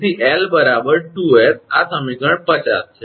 તેથી 𝑙 2𝑠 આ સમીકરણ 50 છે